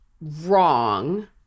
wrong